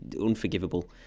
unforgivable